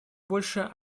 больше